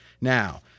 now